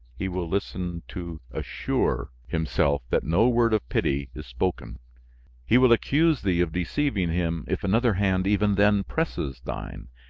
he will listen to assure himself that no word of pity is spoken he will accuse thee of deceiving him if another hand even then presses thine,